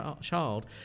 child